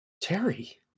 Terry